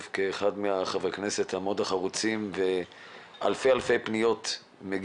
כאחד מחברי הכנסת המאוד חרוצים ומגיעות אליו אלפי פניות.